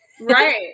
Right